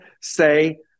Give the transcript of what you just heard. say